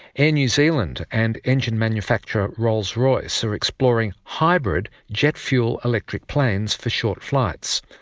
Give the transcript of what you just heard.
air new zealand and engine manufacturer rolls-royce are exploring hybrid jet fuel electric planes for short flights.